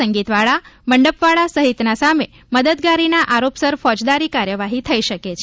સંગીતવાળા મંડપવાળા સહિતના સામે મદદગારીના આરોપસર ફોજદારી કાર્યવાહી થઇ શકે છે